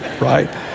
right